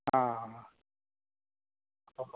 आं